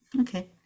okay